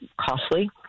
costly